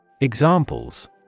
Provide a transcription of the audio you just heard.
Examples